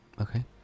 Okay